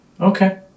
Okay